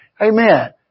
Amen